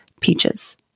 Peaches